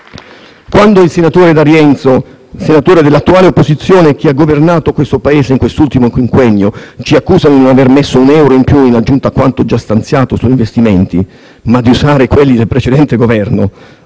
Quando il senatore D'Arienzo, senatore dell'attuale opposizione che ha governato il Paese nell'ultimo quinquennio, ci accusa non aver messo un euro in più in aggiunta a quanto già stanziato su investimenti, ma di usare quelli del precedente Governo,